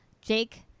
Jake